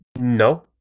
no